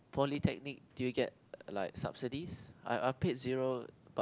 polytechnic do you get like subsidies I I paid zero but